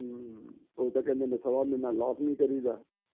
ਹਮ ਉਹ ਤਾਂ ਕਹਿੰਦੇ ਨੇ ਸਵਾ ਮਹੀਨਾ ਲੋਕ ਨਹੀਂ ਕਰੀਦਾ